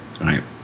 Right